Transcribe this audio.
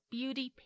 Beauty